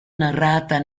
narrata